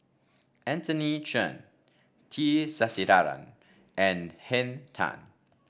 Anthony Chen T Sasitharan and Henn Tan